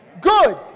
Good